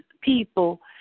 people